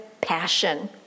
passion